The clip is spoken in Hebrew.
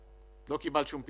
לא קיבלת שום פיצוי?